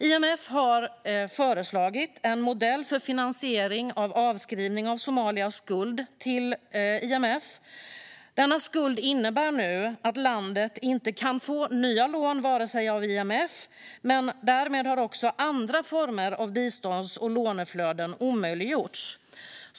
IMF har föreslagit en modell för finansiering av avskrivning av Somalias skuld till IMF. Denna skuld innebär att landet inte kan få nya lån från IMF, och därmed har också andra former av bistånds och låneflöden omöjliggjorts.